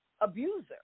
abuser